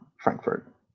frankfurt